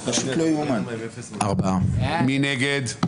מי נגד?